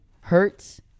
Hurts